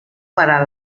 para